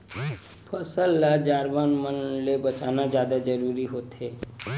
फसल ल जानवर मन ले बचाना जादा जरूरी होवथे